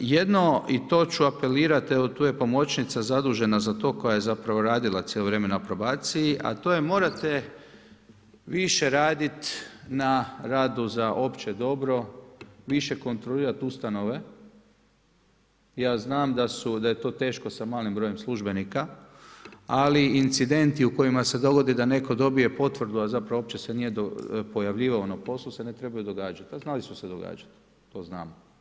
jedno i to ću apelirat, evo tu je pomoćnica zadužena za to koja je zapravo radila cijelo vrijeme na probaciji, a to je morate više radit na radu za opće dobro, više kontrolirat ustanove, ja znam da je to teško s malim brojem službenika, ali incidenti u kojima se dogodi da netko dobije potvrdu, a zapravo uopće se nije pojavljivao na poslu se ne trebaju događat, a znali su se događat, to znamo.